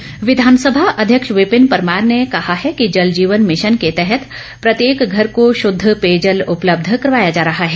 परमार विधानसभा अध्यक्ष विपिन परमार ने कहा है कि जलजीवन मिशन के तहत प्रत्येक घर को शुद्ध पेयजल उपलब्ध करवाया जा रहा है